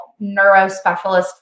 neurospecialist